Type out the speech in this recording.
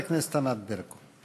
חברת הכנסת ענת ברקו.